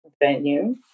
venue